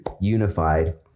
unified